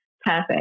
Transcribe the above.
perfect